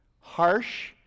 harsh